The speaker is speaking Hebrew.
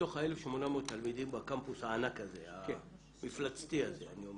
מתוך ה-1,800 תלמידים בקמפוס המפלצתי הזה יש